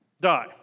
Die